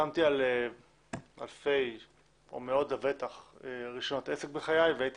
חתמתי על אלפי או מאות רישיונות עסק בחיי והייתי